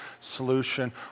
solution